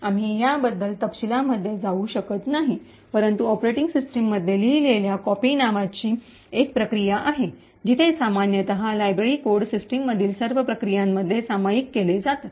आम्ही याबद्दल तपशीलांमध्ये जाऊ शकत नाही परंतु ऑपरेटिंग सिस्टममध्ये लिहिल्यावर कॉपी नावाची एक प्रक्रिया आहे जिथे सामान्यतः लायब्ररी कोड सिस्टममधील सर्व प्रक्रियांमध्ये सामायिक केले जातात